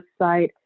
website